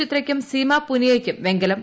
ചിത്രയ്ക്കും സീമ പുനിയയ്ക്കും വെങ്കലം